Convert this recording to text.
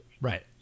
Right